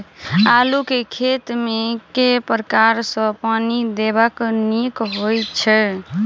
आलु केँ खेत मे केँ प्रकार सँ पानि देबाक नीक होइ छै?